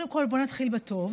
קודם כול, בואו נתחיל בטוב,